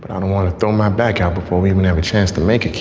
but i don't want to throw my back out before we even have a chance to make.